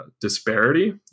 disparity